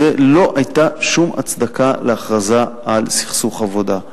לא היתה שום הצדקה להכרזה על סכסוך עבודה.